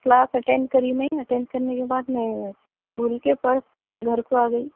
class attend کری میں attend کرنے کے بعد میں بھول کے پرس گھر کو آ گئی